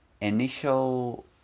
initial